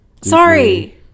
Sorry